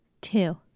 Two